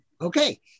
Okay